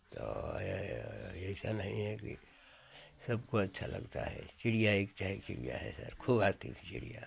तो ये ऐसा नहीं है कि सबको अच्छा लगता है चिड़िया है चाहे चिड़िया है खूब आती थी चिड़िया